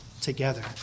together